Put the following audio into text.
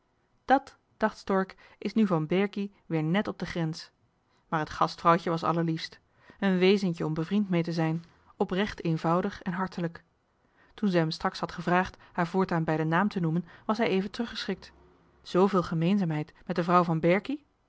dat dacht stork is nu van berkie weer net op de grens maar het gastvrouwtje was allerliefst een wezentje om bevriend mee te zijn oprechteenvoudig en hartelijk toen zij hem straks had gevraagd haar voortaan bij den naam te noemen was hij even teruggeschrikt zveel gemeenzaamheid met de vrouw van